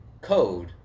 code